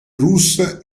russe